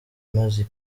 amaze